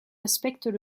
respectent